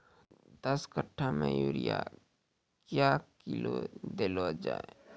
दस कट्ठा मे यूरिया क्या किलो देलो जाय?